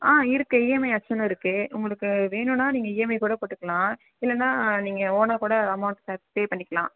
ஆ இருக்குது இஎம்ஐ ஆப்ஷனும் இருக்குது உங்களுக்கு வேணுன்னால் நீங்கள் இஎம்ஐ கூட போட்டுக்கலாம் இல்லைன்னா நீங்கள் ஓனாக கூட அமௌண்ட் ஷேர் பே பண்ணிக்கலாம்